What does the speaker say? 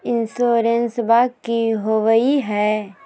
इंसोरेंसबा की होंबई हय?